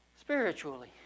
Spiritually